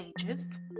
ages